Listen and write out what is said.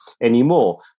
anymore